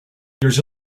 years